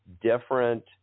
different